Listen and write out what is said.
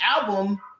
album